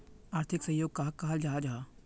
आर्थिक सहयोग कहाक कहाल जाहा जाहा?